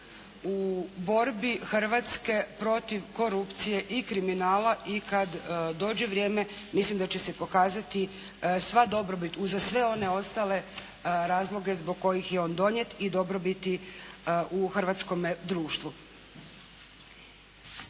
u borbi Hrvatske protiv korupcije i kriminala i kad dođe vrijeme mislim da će se pokazati sva dobrobit uza sve one ostale razloge zbog kojih je on donijet i dobrobiti u hrvatskome društvu.